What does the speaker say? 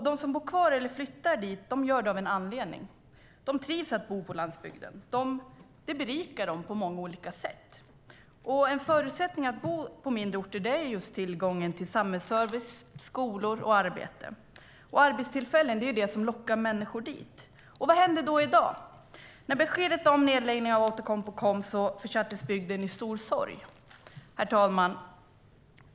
De som bor kvar eller flyttar dit gör det av en anledning: De trivs med att bo på landsbygden. Det berikar dem på många olika sätt. En förutsättning för man ska kunna bo på mindre orter är att det finns tillgång till samhällsservice, skolor och arbete. Arbetstillfällen är det som lockar människor dit. Vad händer i dag? När beskedet om nedläggning kom från Outokumpu försattes bygden i stor sorg. Herr talman!